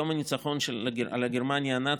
יום הניצחון על גרמניה הנאצית,